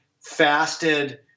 fasted